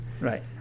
Right